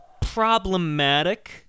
problematic